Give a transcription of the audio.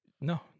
No